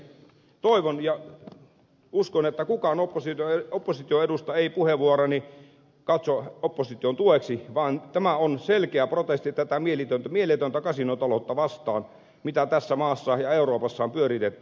toivon ja uskon että kukaan opposition edustaja ei puheenvuoroani katso opposition tueksi vaan tämä on selkeä protesti tätä mieletöntä kasinotaloutta vastaan mitä tässä maassa ja euroopassa on pyöritetty